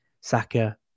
Saka